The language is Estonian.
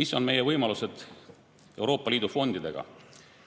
Mis on meie võimalused seoses Euroopa Liidu fondidega?